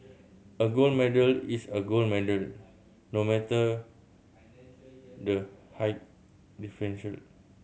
a gold medal is a gold medal no matter the high differential